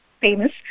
famous